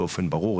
באופן ברור.